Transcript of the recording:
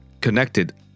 connected